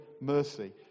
mercy